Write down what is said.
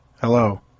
Hello